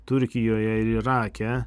turkijoje ir irake